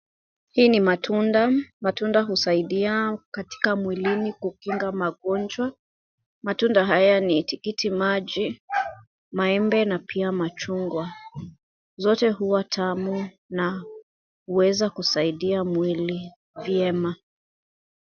Hii ni matunda. Matunda husaidia katika mwilini kukinga magonjwa. Matunda haya ni tikiti maji maembe na pia machungwa. Zote huwa tamu na huweza kusaidia mwili vyema.